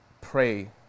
pray